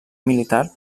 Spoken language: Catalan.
militar